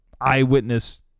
Eyewitness